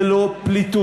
זה לא פליטות,